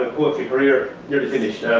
career nearly finished.